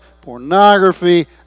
pornography